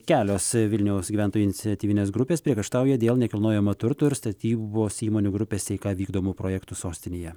kelios vilniaus gyventojų iniciatyvinės grupės priekaištauja dėl nekilnojamo turto ir statybos įmonių grupės eika vykdomų projektų sostinėje